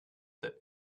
that